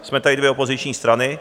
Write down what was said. Jsme tady dvě opoziční strany.